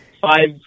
five